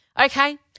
Okay